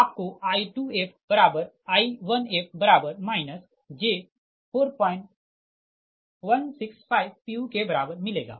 आपको I2fI1f j4165 pu के बराबर मिलेगा